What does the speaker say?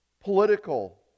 political